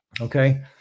okay